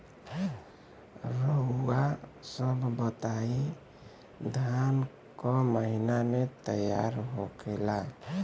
रउआ सभ बताई धान क महीना में तैयार होखेला?